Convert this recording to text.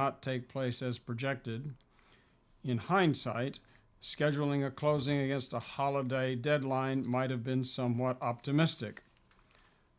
not take place as projected in hindsight scheduling a closing against a holiday deadline might have been somewhat optimistic